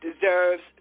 deserves